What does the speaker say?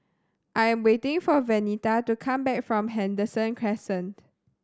I am waiting for Venita to come back from Henderson Crescent